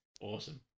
Awesome